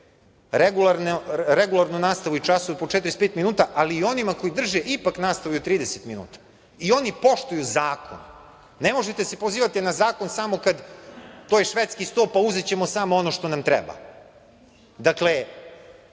regularno nastavu i časove po 45 minuta, ali i onima koji drže ipak nastavu 30 minuta i oni poštuju zakon. Ne možete se pozivati na zakon samo kad, to je švedski sto pa, uzećemo samo ono što nam treba. Dakle,